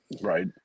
Right